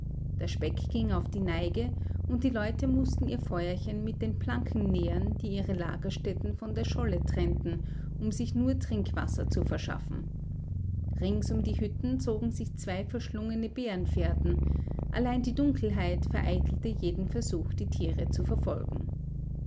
der speck ging auf die neige und die leute mußten ihr feuerchen mit den planken nähren die ihre lagerstätten von der scholle trennten um sich nur trinkwasser zu verschaffen rings um die hütten zogen sich zwei verschlungene bärenfährten allein die dunkelheit vereitelte jeden versuch die tiere zu verfolgen